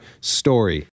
story